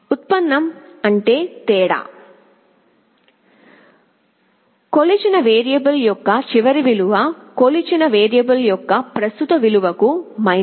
ఉత్పన్నం అంటే తేడా కొలిచిన వేరియబుల్ యొక్క చివరి విలువ కొలిచిన వేరియబుల్ యొక్క ప్రస్తుత విలువకు మైనస్